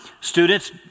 students